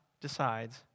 decides